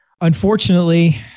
Unfortunately